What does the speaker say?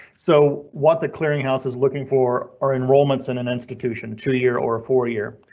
so what the clearinghouses looking for our enrollments in an institution two year or four year?